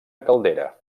caldera